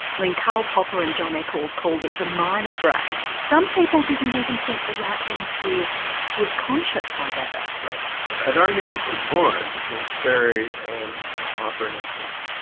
i mean karl popper and john eccles called it the minor brain, some people didn't even think the right hemisphere was conscious, i gather. an argument was born between sperry and and popper and eccles,